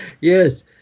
Yes